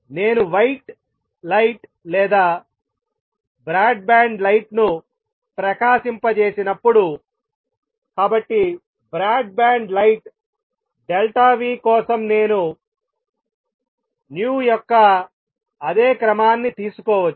నేను white light లేదా broadband light ను ప్రకాశింపచేసినప్పుడు కాబట్టి బ్రాడ్ బ్యాండ్ లైట్ కోసం నేను nu యొక్క అదే క్రమాన్ని తీసుకోవచ్చు